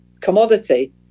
commodity